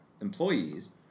employees